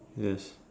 yes